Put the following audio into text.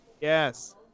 Yes